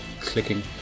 clicking